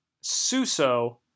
Suso